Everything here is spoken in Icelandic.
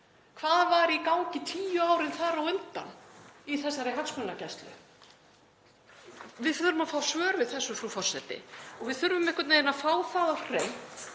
hvað var í gangi tíu ár þar á undan í þessari hagsmunagæslu? Við þurfum að fá svör við þessu, frú forseti, og við þurfum einhvern veginn að fá það á hreint